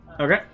Okay